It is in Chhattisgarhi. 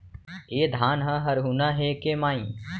ए धान ह हरूना हे के माई?